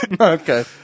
Okay